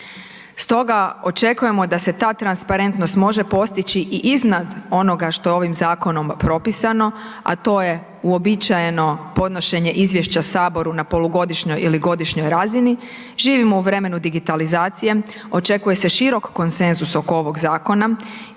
Stoga očekujemo da se ta transparentnost može postići i iznad onoga što je ovim zakonom propisano, a to je uobičajeno podnošenje izvješća saboru na polugodišnjoj ili godišnjoj razini. Živimo u vremenu digitalizacije, očekuje se širok konsenzus oko ovog zakona